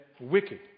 wicked